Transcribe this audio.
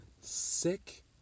sick